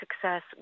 success